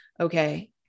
okay